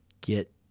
get